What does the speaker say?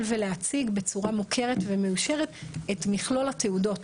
ולהציג בצורה מוכרת ומאושרת את מכלול התעודות